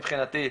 מבחינתי,